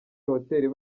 hotel